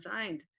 designed